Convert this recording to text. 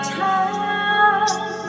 time